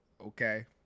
okay